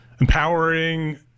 empowering